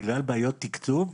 בגלל בעיות תקצוב,